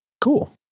Cool